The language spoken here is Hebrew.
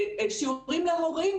שיעורים להורים,